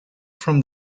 from